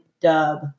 dub